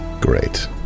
Great